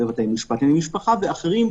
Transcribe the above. לבתי משפט לענייני משפחה ואחרים,